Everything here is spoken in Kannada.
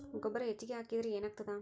ಗೊಬ್ಬರ ಹೆಚ್ಚಿಗೆ ಹಾಕಿದರೆ ಏನಾಗ್ತದ?